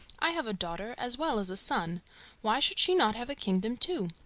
i have a daughter as well as a son why should she not have a kingdom too?